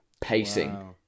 pacing